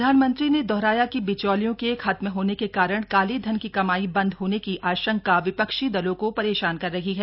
प्रधानमंत्री ने दोहराया कि बिचौलियों के खत्म होने के कारण काले धन की कमाई बंद होने की आशंका विपक्षी दलों को परेशान कर रही है